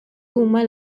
huma